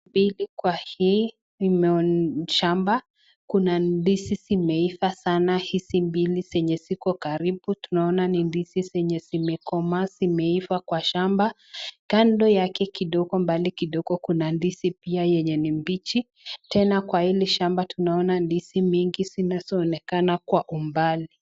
Mbili kwa hii shamba kuna ndizi zimeiva sana hizi mbili zenye ziko karibu tunaona ni ndizi zimekomaa zimeiva kwa shamba kando yake kidogo mbali kidogo kuna ndizi pia yenye ni mbichi tena kwa hii shamba tunaona ndizi mingi zinazo onekana kwa umbali.